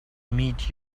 meet